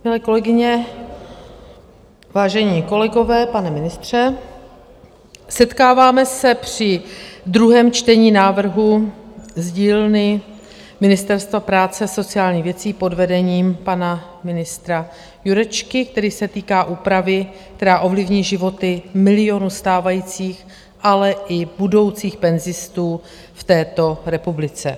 Milé kolegyně, vážení kolegové, pane ministře, setkáváme se při druhém čtení návrhu z dílny Ministerstva práce a sociálních věcí pod vedením pana ministra Jurečky, který se týká úpravy, která ovlivní životy milionů stávajících, ale i budoucích penzistů v této republice.